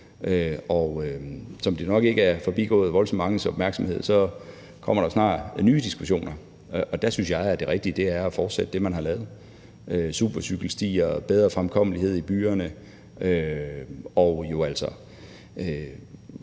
Som det nok ikke er forbigået voldsomt manges opmærksomhed, kommer der snart nye diskussioner, og der synes jeg, at det rigtige er at fortsætte det, man har lavet: Supercykelstier og bedre fremkommelighed i byerne, så